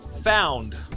Found